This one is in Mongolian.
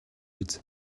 биз